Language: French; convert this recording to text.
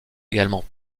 également